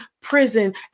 prison